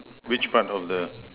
which part of the